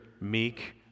meek